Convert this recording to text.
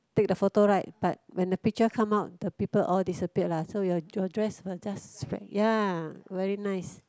take the photo right but when the picture come out the people all disappeared lah so your your dress will just spread ya very nice